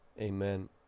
Amen